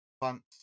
plants